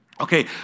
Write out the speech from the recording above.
Okay